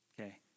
okay